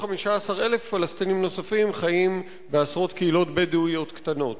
15,000 פלסטינים חיים בעשרות קהילות בדואיות קטנות.